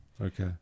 Okay